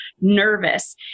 nervous